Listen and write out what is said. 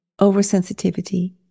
oversensitivity